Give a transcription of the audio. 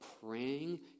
Praying